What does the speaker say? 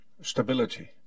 stability